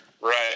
Right